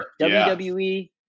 WWE